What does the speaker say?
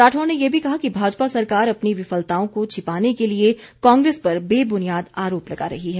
राठौर ने ये भी कहा कि भाजपा सरकार अपनी विफलताओं को छिपाने के लिए कांग्रेस पर बेबुनियाद आरोप लगा रही है